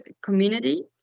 community